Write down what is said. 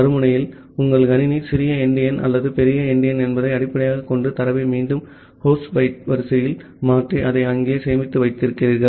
மறுமுனையில் உங்கள் கணினி சிறிய எண்டியன் அல்லது பெரிய எண்டியன் என்பதை அடிப்படையாகக் கொண்டு தரவை மீண்டும் ஹோஸ்ட் பைட் வரிசையில் மாற்றி அதை அங்கே சேமித்து வைக்கிறீர்கள்